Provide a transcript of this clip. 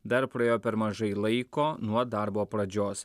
dar praėjo per mažai laiko nuo darbo pradžios